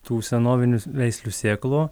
tų senovinių veislių sėklų